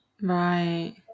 Right